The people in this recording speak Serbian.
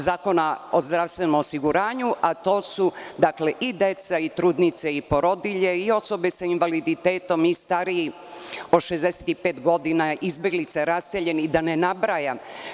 Zakona o zdravstvenom osiguranju, a to su deca, trudnice, porodilje, osobe sa invaliditetom, stariji od 65 godina, izbeglice, raseljeni i da ne nabrajam.